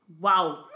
Wow